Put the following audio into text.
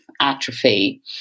atrophy